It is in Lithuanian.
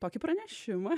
tokį pranešimą